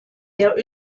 der